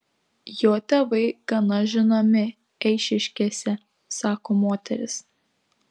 jo tėvai gana žinomi eišiškėse sako moteris